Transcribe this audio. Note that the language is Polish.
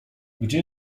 gdzie